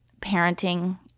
parenting